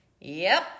Yep